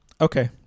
Okay